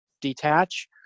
detach